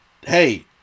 hey